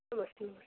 नमस्ते नमस्ते